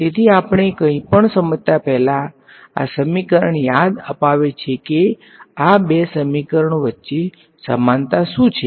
તેથી આપણે કઈં પણ સમજતા પહેલા આ સમીકરણ યાદ અપાવે છે કે આ બે સમીકરણો વચ્ચે સમાનતા શું છે